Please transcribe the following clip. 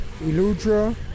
Elutra